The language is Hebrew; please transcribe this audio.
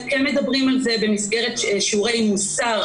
כן מדברים על זה במסגרת שיעורי מוסר,